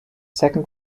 second